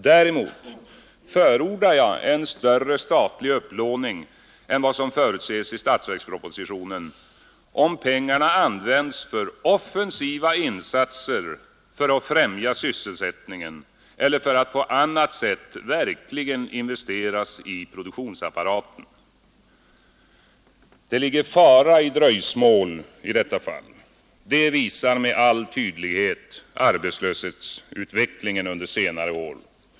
Däremot förordar jag en större statlig upplåning än vad som förutses i statsverkspropositionen, om pengarna används för offensiva insatser för att främja sysselsättningen eller för att på annat sätt verkligen investeras i produktionsapparaten. Det ligger fara i dröjsmål i detta fall. Det visar med all tydlighet arbetslöshetsutvecklingen under senare år.